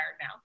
now